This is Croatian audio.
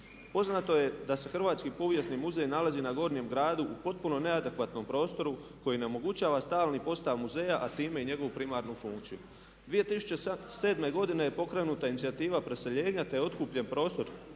Poznato je da se Hrvatski povijesni muzej nalazi na Gornjem gradu u potpuno neadekvatnom prostoru koji ne omogućava stalni postav muzeja a time i njegovu primarnu funkciju. 2007. godine je pokrenuta inicijativa preseljenja te je otkupljen prostor